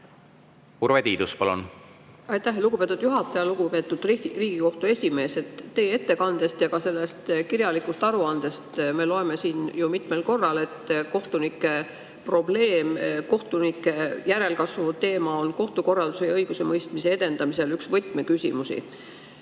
Urve Tiidus, palun! Aitäh, lugupeetud juhataja! Lugupeetud Riigikohtu esimees! Teie ettekandes ja ka selles kirjalikus aruandes on mitmel korral [märgitud] kohtunike probleemi. Kohtunike järelkasvu teema on kohtukorralduse ja õigusemõistmise edendamisel üks võtmeküsimusi.